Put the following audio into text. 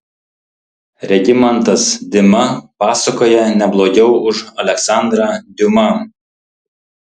regimantas dima pasakoja ne blogiau už aleksandrą diuma